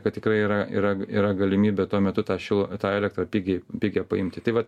kad tikrai yra yra yra galimybė tuo metu tą šilu tą elektrą pigiai pigią paimti tai vat